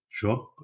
job